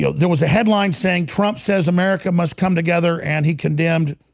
yeah there was a headline saying trump says america must come together and he condemned